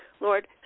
Lord